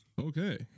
Okay